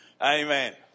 amen